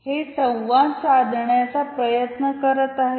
हे संवाद साधण्याचा प्रयत्न करीत आहे